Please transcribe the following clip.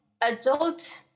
adult